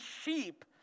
sheep